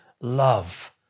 love